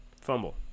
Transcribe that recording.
fumble